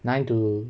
nine to